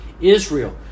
Israel